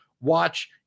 watch